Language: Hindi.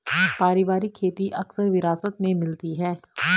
पारिवारिक खेती अक्सर विरासत में मिलती है